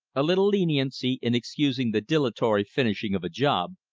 a little leniency in excusing the dilatory finishing of a job,